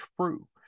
true